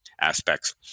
aspects